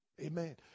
Amen